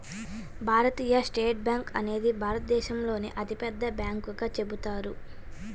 భారతీయ state bank అనేది భారతదేశంలోనే అతిపెద్ద బ్యాంకుగా చెబుతారు